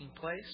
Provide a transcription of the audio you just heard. place